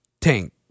tank